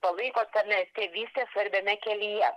palaiko tame tėvystės svarbiame kelyje